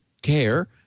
care